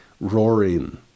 roaring